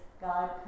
God